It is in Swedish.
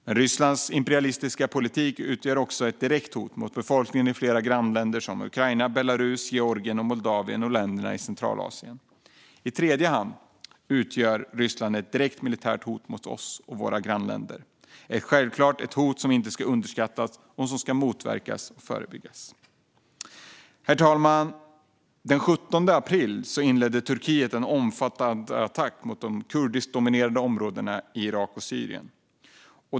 Men Rysslands imperialistiska politik utgör också ett direkt hot mot befolkningen i flera grannländer som Ukraina, Belarus, Georgien, Moldavien och länderna i Centralasien. I tredje hand utgör Ryssland ett direkt militärt hot mot oss och våra grannländer. Det är självklart ett hot som inte ska underskattas och som ska motverkas och förebyggas. Herr talman! Den 17 april inledde Turkiet en omfattande attack mot de kurdiskdominerade områdena i Irak och Syrien.